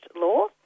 Law